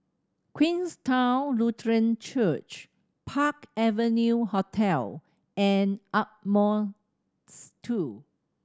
Queenstown Lutheran Church Park Avenue Hotel and Ardmore Two